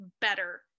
better